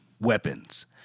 weapons